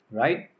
right